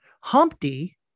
Humpty